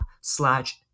slash